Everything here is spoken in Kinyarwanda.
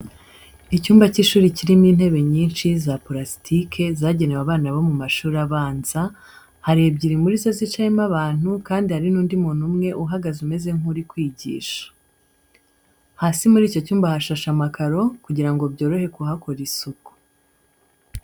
Icyumba cy’ishuri kirimo intebe nyinshi za purasitike zagenewe abana bo mu mashuri abanza, hari ebyiri muri zo zicayemo abantu kandi hari n’undi muntu umwe uhagaze umeze nk’uri kwigisha. Hasi muri icyo cyumba hashashe amakaro kugira ngo byorohe kuhakora isuku.